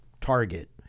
Target